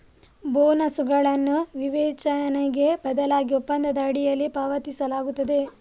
ಬೋನಸುಗಳನ್ನು ವಿವೇಚನೆಗೆ ಬದಲಾಗಿ ಒಪ್ಪಂದದ ಅಡಿಯಲ್ಲಿ ಪಾವತಿಸಲಾಗುತ್ತದೆ